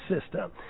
system